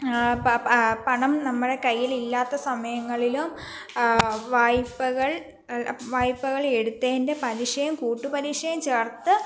പ പ പണം നമ്മുടെ കയ്യിൽ ഇല്ലാത്ത സമയങ്ങളിലും വായ്പകൾ വായ്പകൾ എടുത്തതിൻ്റെ പലിശയും കൂട്ടുപലിശയും ചേർത്ത്